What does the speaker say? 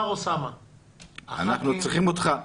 אנחנו צריכים אותך.